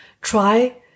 try